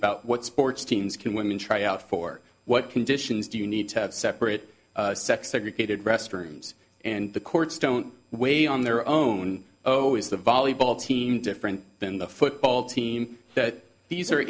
about what sports teams can women try out for what conditions do you need to have separate sex segregated restrooms and the courts don't weigh on their own oh is the volleyball team different than the football team that these are